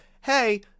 hey